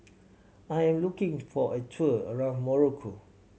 I am looking for a tour around Morocco